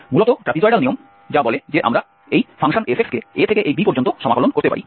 মূলত ট্র্যাপিজয়েডাল নিয়ম যা বলে যে আমরা এই fকে a থেকে এই b পর্যন্ত সমাকলন করতে পারি